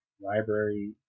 library